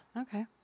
Okay